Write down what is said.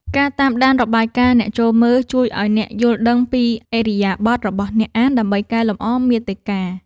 ការតាមដានរបាយការណ៍អ្នកចូលមើល ជួយឱ្យអ្នកយល់ដឹងពីឥរិយាបថរបស់អ្នកអានដើម្បីកែលម្អមាតិកា។